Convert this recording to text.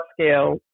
scale